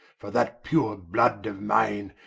for that pure blood of mine,